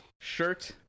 shirt